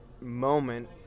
moment